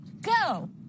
Go